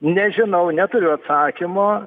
nežinau neturiu atsakymo